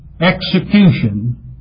execution